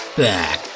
back